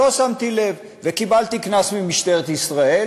לא שמתי לב וקיבלתי קנס ממשטרת ישראל,